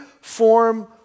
form